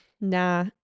nah